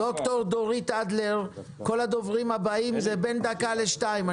כל הדוברים הבאים ידברו בין דקה לשתיים.